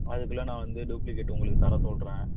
அதுக்குள்ளே நான் வந்து டூப்ளிகேட் உங்களுக்கு தரச்சொல்கிறேன்